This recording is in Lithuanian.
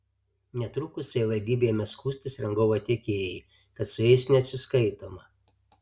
netrukus savivaldybei ėmė skųstis rangovo tiekėjai kad su jais neatsiskaitoma